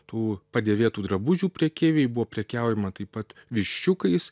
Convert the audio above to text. tų padėvėtų drabužių prekeiviai buvo prekiaujama taip pat viščiukais